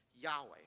Yahweh